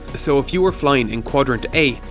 so, if you were flying in quadrant a,